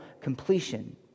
completion